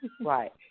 Right